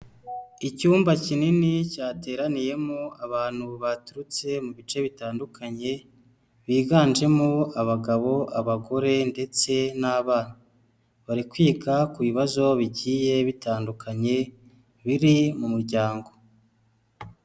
Icyumba kinini cyateraniyemo abantu baturutse mu bice bitandukanye, biganjemo abagabo, abagore ndetse n'abana. Bari kwiga ku bibazo bigiye bitandukanye biri mu muryango.